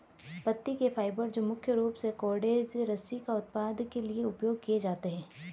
पत्ती के फाइबर जो मुख्य रूप से कॉर्डेज रस्सी का उत्पादन के लिए उपयोग किए जाते हैं